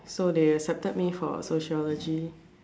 so they accepted me for sociology